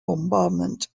bombardment